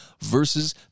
versus